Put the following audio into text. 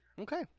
Okay